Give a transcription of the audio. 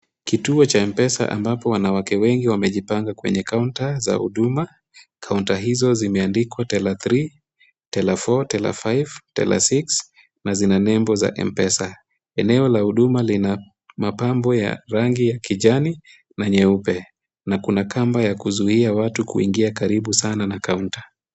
Kituo cha M-Pesa ambapo wanawake wengi wamejipanga kwenye kaunta za huduma. Kaunta hizo zimeandikwa teller three, teller four, teller five, teller six na zina nembo za M-Pesa. Eneo la huduma lina mapambo ya rangi ya kijani na nyeupe na kuna kamba ya kuzuia watu kuingia karibu sana na kaunta.